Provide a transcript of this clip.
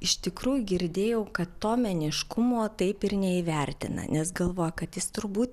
iš tikrųjų girdėjau kad to meniškumo taip ir neįvertina nes galvoja kad jis turbūt